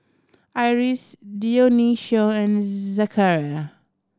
Iris Dionicio and Zechariah